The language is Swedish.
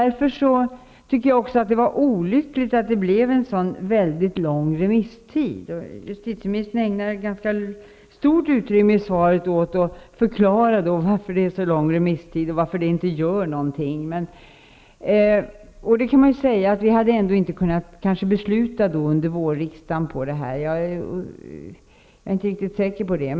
Jag tycker därför att det var olyckligt att det blev en så lång remisstid. Justitieministern ägnade ganska stort utrymme i svaret åt att förklara varför remisstiden blev så lång och varför det inte gör någonting. Man kan säga att vi ändå inte hade kunnat fatta beslut under vårriksdagen. Jag är inte riktigt säker på det.